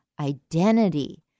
identity